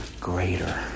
greater